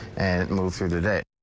and move through the day.